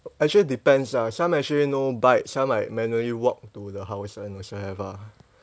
actually depends ah some actually no bike some like manually walk to the house [one] whatsoever